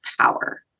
power